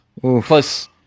Plus